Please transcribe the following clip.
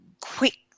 quick